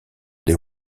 des